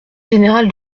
général